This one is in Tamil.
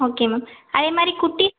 ஓகே மேம் அதேமாதிரி குட்டி